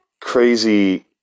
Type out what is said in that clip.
crazy